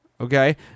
okay